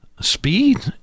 Speed